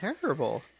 terrible